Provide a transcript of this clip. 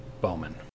Bowman